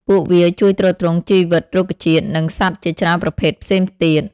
ពួកវាជួយទ្រទ្រង់ជីវិតរុក្ខជាតិ និងសត្វជាច្រើនប្រភេទផ្សេងទៀត។